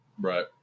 Right